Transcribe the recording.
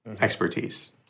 Expertise